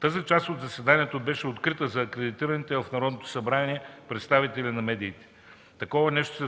Тази част от заседанието беше открита за акредитираните в Народното събрание представители на медиите. Такова нещо се